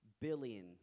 billion